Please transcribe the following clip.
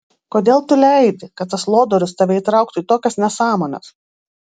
kodėl tu leidi kad tas lodorius tave įtrauktų į tokias nesąmones